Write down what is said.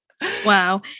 wow